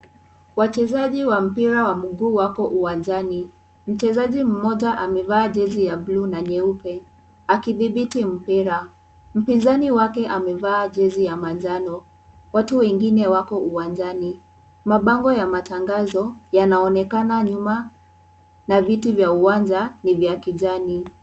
Wachezaji wa mpira wa mguu wako uwanjani. Mchezaji mmoja amevaa jezi ya blue na nyeupe akidhibiti mpira. Mpinzani wake amevaa jezi ya manjano. Watu wengine wako uwanjani. Mabango ya matangazo yanaonekana nyuma na viti vya uwanja ni vya kijani.